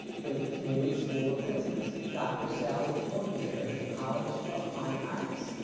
the neeley school of business, dr. sally fortenberry, the college of fine arts,